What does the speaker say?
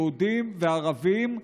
יהודים וערבים.